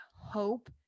hope